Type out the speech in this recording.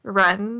run